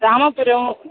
Ramapuram